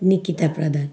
Nikita Pradhan